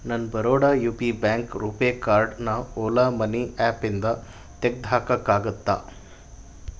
ನನ್ನ Baroda U P bank RuPay ಕಾರ್ಡನ Ola money ಆ್ಯಪಿಂದ ತೆಗ್ದು ಹಾಕೋಕ್ಕಾಗುತ್ತ